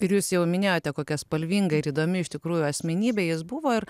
ir jūs jau minėjote kokia spalvinga ir įdomi iš tikrųjų asmenybė jis buvo ir